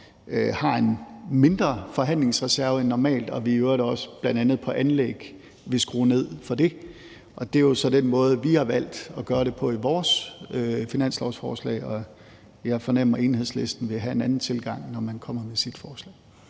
har en mindre forhandlingsreserve end normalt og i øvrigt også vil skrue ned på bl.a. anlæg. Og det er jo så den måde, vi har valgt at gøre det på i vores finanslovsforslag. Jeg fornemmer, at Enhedslisten vil have en anden tilgang, når man kommer med sit forslag.